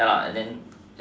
ya lah and then